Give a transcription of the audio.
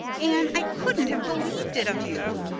anne, i couldn't have believed it of you.